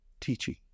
teaching